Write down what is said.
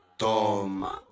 toma